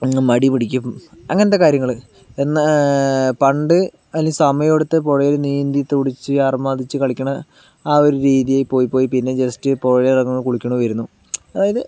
പിന്നെ മടി പിടിക്കും അങ്ങനത്തെ കാര്യങ്ങള് എന്ന് പണ്ട് അല്ലേ സമയമെടുത്ത് പുഴയില് നീന്തി തുടിച്ച് ആർമാദിച്ച് കളിക്കണ ആ ഒരു രീതി പോയ് പോയ് പിന്നെ ജസ്റ്റ് പുഴയിലൊന്ന് കുളിക്കുന്നു വരുന്നു അതായത്